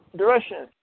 direction